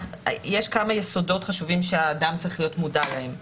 יש כמה יסודות חשובים שהאדם צריך להיות מודע להם.